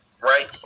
Right